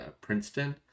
princeton